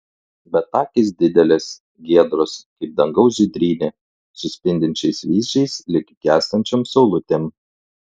bet akys didelės giedros kaip dangaus žydrynė su spindinčiais vyzdžiais lyg gęstančiom saulutėm